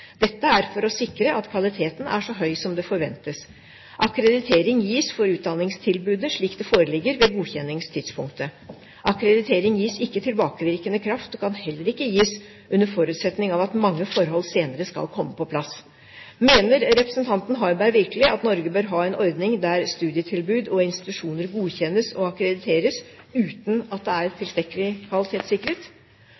Dette er for å sikre at kvaliteten er så høy som det forventes. Akkreditering gis for utdanningstilbudet slik at det foreligger ved godkjenningstidspunktet. Akkreditering gis ikke tilbakevirkende kraft, og kan heller ikke gis under forutsetning av at mange forhold senere skal komme på plass. Mener representanten Harberg virkelig at Norge bør ha en ordning der studietilbud og institusjoner godkjennes og akkrediteres uten at de er